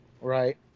Right